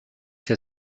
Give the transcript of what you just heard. que